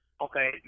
okay